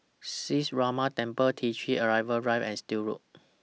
Sree Ramar Temple T three Arrival Drive and Still Road